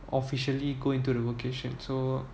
officially go into the vocation so